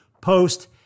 post